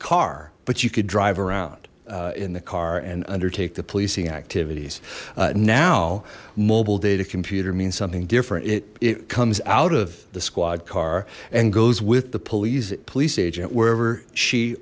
car but you could drive around in the car and undertake the policing activities now mobile data computer means something different it it comes out of the squad car and goes with the police police agent wherever she